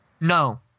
No